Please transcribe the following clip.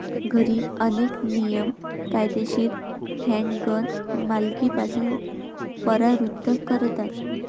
घरी, अनेक नियम कायदेशीर हँडगन मालकीपासून परावृत्त करतात